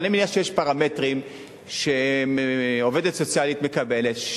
אבל אני מניח שיש פרמטרים שעובדת סוציאלית מקבלת,